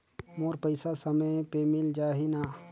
मोर पइसा समय पे मिल जाही न?